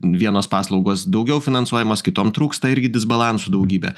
vienos paslaugos daugiau finansuojamos kitom trūksta irgi disbalansų daugybė